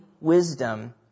wisdom